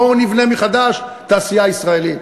בואו נבנה מחדש תעשייה ישראלית.